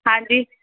ਹਾਂਜੀ